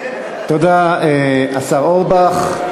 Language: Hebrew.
תודה, השר אורבך.